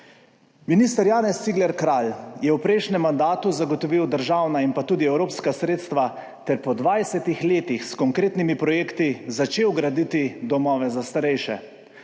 Minister Janez Cigler Kralj je v prejšnjem mandatu zagotovil državna in pa tudi evropska sredstva ter po 20 letih s konkretnimi projekti začel graditi domove za starejše.